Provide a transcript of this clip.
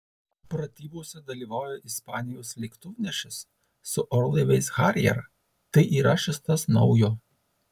pratybose dalyvauja ispanijos lėktuvnešis su orlaiviais harrier tai yra šis tas naujo